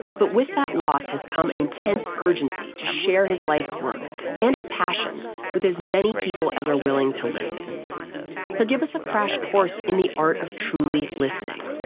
but with that loss has come an intense urgency to share his life's work and his passion with as many people as are willing to listen he'll give us a crash course in the art of truly listening.